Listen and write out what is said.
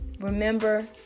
Remember